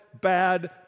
bad